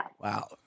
Wow